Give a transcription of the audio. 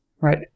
right